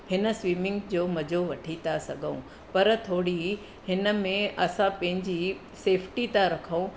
हिन स्विमिंग जो मज़ो वठी था सघूं पर थोरी हिन में असां पंहिंजी सेफ़्टी था रखूं